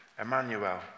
Emmanuel